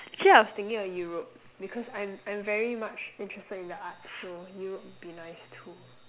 actually I was thinking of Europe because I'm I'm very much interested in the arts so Europe would be nice too